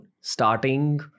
Starting